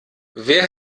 wer